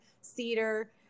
cedar